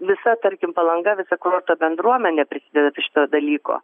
visa tarkim palanga visa kurorto bendruomenė prisideda prie šito dalyko